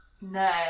No